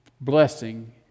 blessing